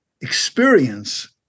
Experience